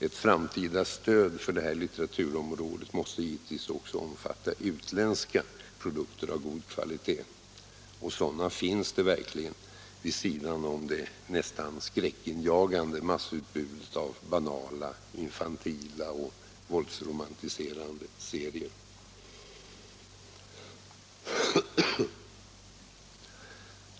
Ett framtida stöd för detta litteraturområde måste givetvis också omfatta utländska produkter av god kvalitet — och sådana finns det verkligen vid sidan om det nästan skräckinjagande massutbudet av banala, infantila och våldsromantiserande serier.